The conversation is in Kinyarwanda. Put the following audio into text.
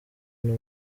n’u